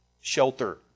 shelter